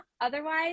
Otherwise